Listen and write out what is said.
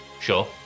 Sure